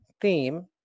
theme